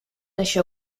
això